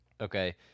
okay